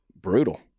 brutal